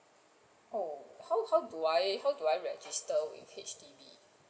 oh how how do I how do I register with H_D_B